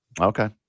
Okay